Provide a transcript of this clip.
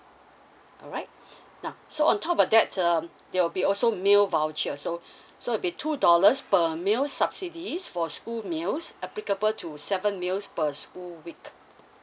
alright now so on top of that um there will be also meal voucher so so it'll be two dollars per meal subsidies for school meals applicable to seven meals per school week